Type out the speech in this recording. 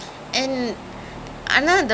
ya so that ya